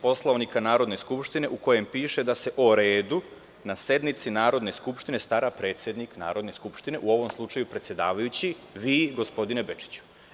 Poslovnika Narodne skupštine, u kojem piše da se o redu na sednici Narodne skupštine stara predsednik Narodne skupštine, u ovom slučaju predsedavajući, odnosno vi, gospodine Bečiću.